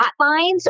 hotlines